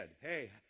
hey